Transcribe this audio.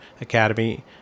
Academy